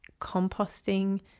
composting